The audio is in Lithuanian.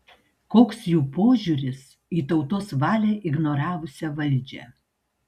koks jų požiūris į tautos valią ignoravusią valdžią